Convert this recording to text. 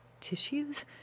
Tissues